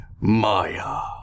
maya